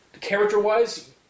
character-wise